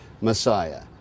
messiah